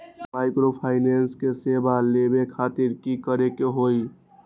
Microfinance के सेवा लेबे खातीर की करे के होई?